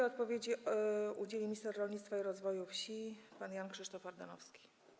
Odpowiedzi udzieli minister rolnictwa i rozwoju wsi, pan Jan Krzysztof Ardanowski.